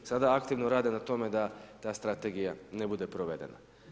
Sada aktivno rade na tome da ta strategija ne bude provedena.